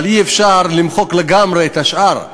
אבל אי-אפשר למחוק לגמרי את השאר.